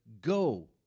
go